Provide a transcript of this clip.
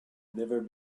never